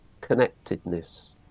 connectedness